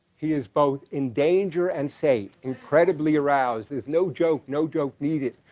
he is both in danger and safe, incredibly aroused. there's no joke. no joke needed.